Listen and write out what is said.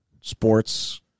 sports